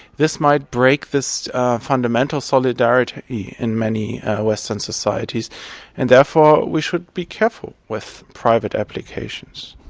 this might break this fundamental solidarity in many western societies and therefore we should be careful with private applications.